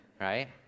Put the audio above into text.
right